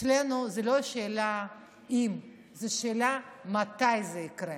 אצלנו זה לא שאלה של אם, זו שאלה של מתי זה יקרה.